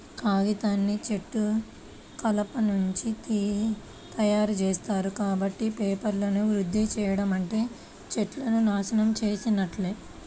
కాగితాన్ని చెట్ల కలపనుంచి తయ్యారుజేత్తారు, కాబట్టి పేపర్లను వృధా చెయ్యడం అంటే చెట్లను నాశనం చేసున్నట్లే